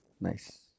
Nice